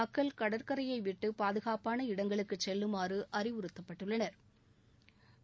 மக்கள் கடற்கரையை விட்டு பாதுகாப்பான இடங்களுக்குச் செல்லுமாறு அறிவுறுத்தப்பட்டுள்ளனா்